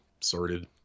sorted